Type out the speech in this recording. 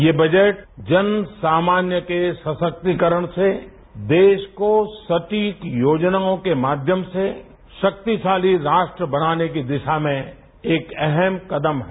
यह बजट जन सामान्य के सशक्तिकरण से देश को सटीक योजनाओं के माध्यम से शक्तशाली राष्ट्र बनाने की दिशा में एक अहम कदम है